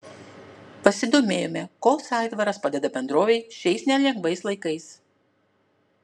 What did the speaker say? pasidomėjome koks aitvaras padeda bendrovei šiais nelengvais laikais